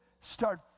start